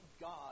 God